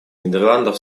нидерландов